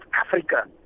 Africa